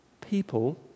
people